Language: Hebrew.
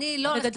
אני חושבת